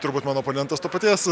turbūt mano oponentas to paties